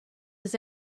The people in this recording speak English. his